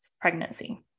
pregnancy